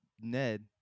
Ned